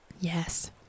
Yes